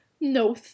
No